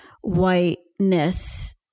whiteness